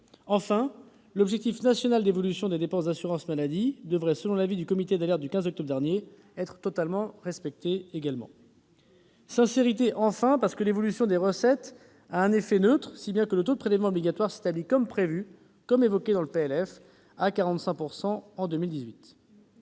Enfin, l'objectif national d'évolution des dépenses d'assurance maladie, devrait, selon l'avis du comité d'alerte du 15 octobre dernier, être respecté également. Sincérité, enfin, parce que l'évolution des recettes a un effet neutre, si bien que le taux de prélèvements obligatoires s'établit, comme prévu dans le PLF, à 45 % en 2018.